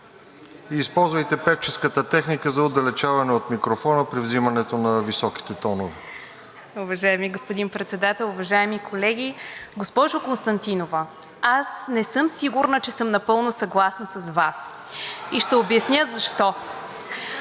Използвайте певческата техника за отдалечаване от микрофона при взимането на високите тонове.